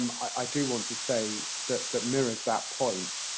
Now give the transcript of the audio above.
i do want to say, that that mirrors that point,